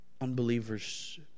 Unbelievers